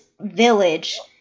village